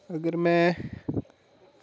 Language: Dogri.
अगर मैं